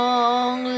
Long